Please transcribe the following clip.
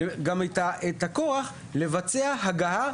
גם את הכוח לבצע הגהה.